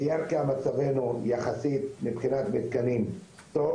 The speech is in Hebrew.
בירכא מצבנו מבחינת מתקנים יחסית טוב,